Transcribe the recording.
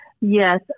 Yes